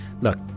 Look